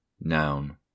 noun